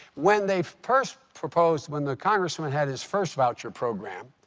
when they first proposed when the congressman had his first voucher program,